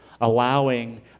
Allowing